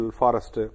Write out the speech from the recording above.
forest